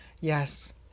yes